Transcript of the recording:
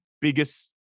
biggest